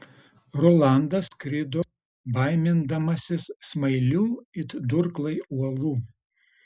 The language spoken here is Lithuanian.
rolandas skrido baimindamasis smailių it durklai uolų